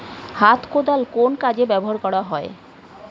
হাত কোদাল কোন কাজে ব্যবহার করা হয়?